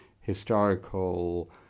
historical